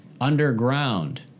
Underground